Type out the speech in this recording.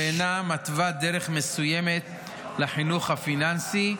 ואינה מתווה דרך מסוימת לחינוך הפיננסי,